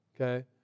Okay